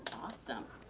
awesome.